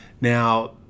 Now